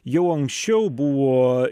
jau anksčiau buvo